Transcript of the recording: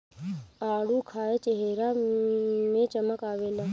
आडू खाए चेहरा में चमक आवेला